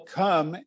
come